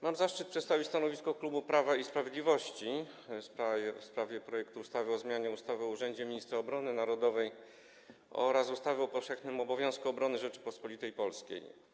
Mam zaszczyt przedstawić stanowisko klubu Prawa i Sprawiedliwości w sprawie projektu ustawy o zmianie ustawy o urzędzie Ministra Obrony Narodowej oraz ustawy o powszechnym obowiązku obrony Rzeczypospolitej Polskiej.